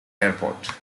airport